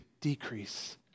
decrease